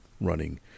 running